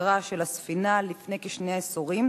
לזכרה של הספינה לפני כשני עשורים,